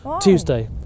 Tuesday